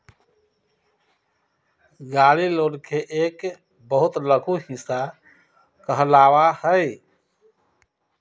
गाड़ी लोन के एक बहुत लघु हिस्सा कहलावा हई